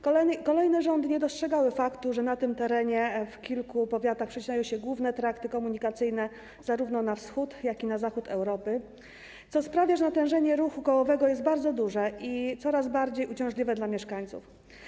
Kolejne rządy nie dostrzegały faktu, że na tym terenie w kilku powiatach przecinają się główne trakty komunikacyjne, zarówno na wschód, jak i na zachód Europy, co sprawia, że natężenie ruchu kołowego jest bardzo duże i coraz bardziej uciążliwe dla mieszkańców.